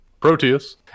proteus